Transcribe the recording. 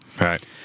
Right